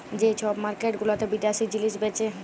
যে ছব মার্কেট গুলাতে বিদ্যাশি জিলিস বেঁচে